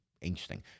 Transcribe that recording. interesting